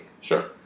Sure